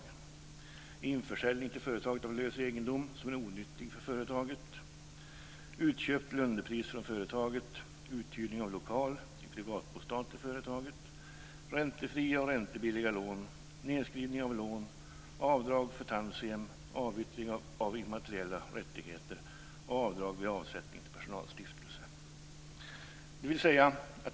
Det gäller införsäljning till företag av lös egendom som är onyttig för företaget. Det gäller utköp till underpris från företaget. Det gäller uthyrning av lokal som privatbostad till företaget. Det gäller räntefria och räntebilliga lån, nedskrivning av lån, avdrag för tantiem, avyttring av immateriella rättigheter och avdrag vid avsättning till personalstiftelse.